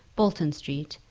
bolton street,